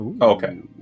Okay